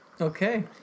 Okay